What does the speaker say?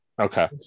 Okay